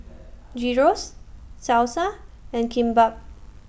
Gyros Salsa and Kimbap